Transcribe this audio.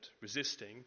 resisting